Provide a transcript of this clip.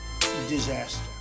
disaster